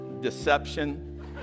deception